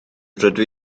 rydw